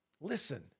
listen